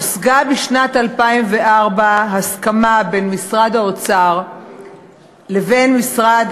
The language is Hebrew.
הושגה בשנת 2004 הסכמה בין משרד האוצר לבין משרד,